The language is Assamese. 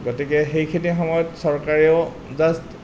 গতিকে সেইখিনি সময়ত চৰকাৰেও জাষ্ট